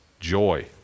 Joy